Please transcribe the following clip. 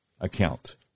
account